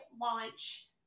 launch